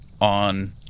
on